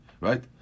Right